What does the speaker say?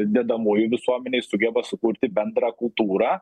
dedamųjų visuomenėj sugeba sukurti bendrą kultūrą